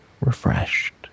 refreshed